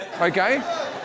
okay